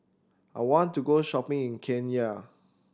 I want to go shopping in Cayenne